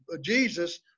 jesus